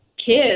kids